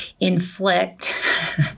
inflict